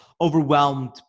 overwhelmed